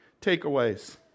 takeaways